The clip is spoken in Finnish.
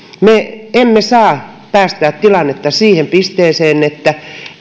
me emme saa päästää tilannetta siihen pisteeseen että